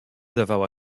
dawała